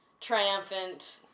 triumphant